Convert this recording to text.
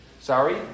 Sorry